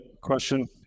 question